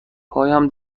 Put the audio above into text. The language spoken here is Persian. پایم